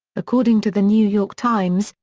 according to the new york times,